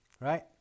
Right